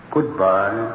Goodbye